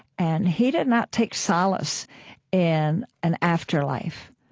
and he did not take solace in an afterlife,